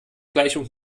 gleichung